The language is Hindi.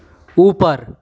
ऊपर